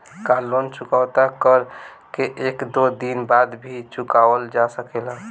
का लोन चुकता कर के एक दो दिन बाद भी चुकावल जा सकेला?